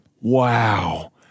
Wow